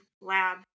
lab